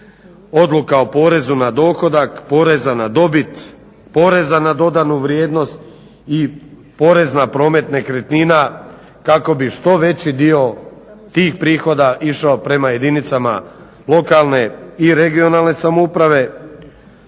odluka o porezu na dohodak, poreza na dobit, poreza na dodanu vrijednost i porez na promet nekretnina kako bi što veći dio tih prihoda išao prema jedinicama lokalne i regionalne samouprave